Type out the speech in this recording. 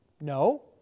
No